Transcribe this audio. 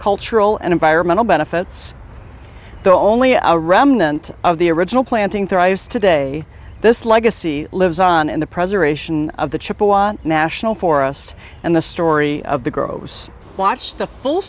cultural and environmental benefits though only a remnant of the original planting thrives today this legacy lives on in the preservation of the national forest and the story of the gross watch the full